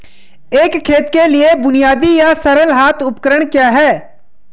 एक खेत के लिए बुनियादी या सरल हाथ उपकरण क्या हैं?